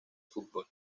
fútbol